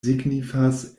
signifas